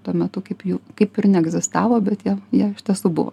tuo metu kaip jų kaip ir neegzistavo bet jie jie iš tiesų buvo